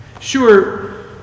Sure